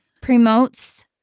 promotes